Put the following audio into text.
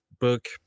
book